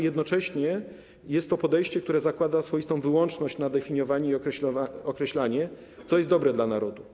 Jednocześnie jest to podejście, które zakłada swoistą wyłączność na definiowanie i określanie tego, co jest dobre dla narodu.